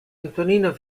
antonino